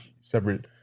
separate